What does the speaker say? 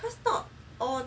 that's not all